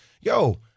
yo